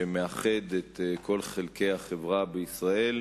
שמאחד את כל חלקי החברה בישראל,